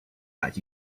but